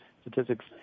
statistics